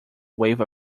wave